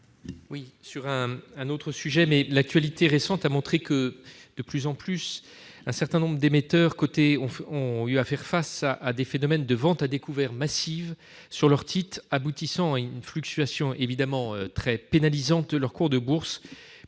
abordons un autre sujet. L'actualité récente montre que, de plus en plus, un certain nombre d'émetteurs côtés ont à faire face à des phénomènes de ventes à découvert massives sur leurs titres, aboutissant à une fluctuation très pénalisante de leur cours de bourse,